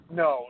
no